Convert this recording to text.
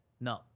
No